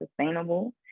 sustainable